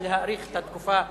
להאריך את התקופה.